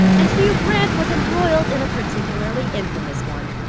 and hugh grant was embroiled in a particularly infamous one.